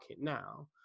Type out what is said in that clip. now